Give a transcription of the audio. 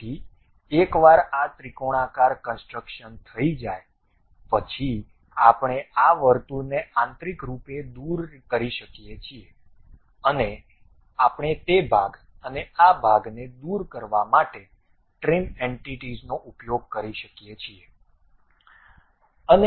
તેથી એકવાર આ ત્રિકોણાકાર કનસ્ટ્રક્શન થઈ જાય પછી આપણે આ વર્તુળને આંતરિક રૂપે દૂર કરી શકીએ છીએ અને આપણે તે ભાગ અને આ ભાગને દૂર કરવા માટે ટ્રીમ એન્ટિટીઝનો ઉપયોગ કરી શકીએ છીએ